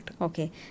Okay